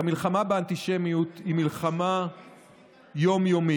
המלחמה באנטישמיות היא מלחמה יום-יומית,